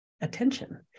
attention